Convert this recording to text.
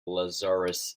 lazarus